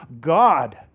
God